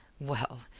well,